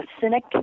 cynic